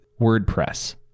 WordPress